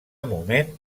moment